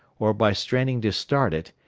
or by straining to start it,